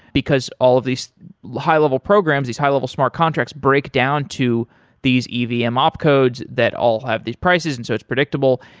because all of these high level programs, these high level smart contracts break down to these evm um opt codes that all have these prices, and so it's predictable.